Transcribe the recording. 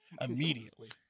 immediately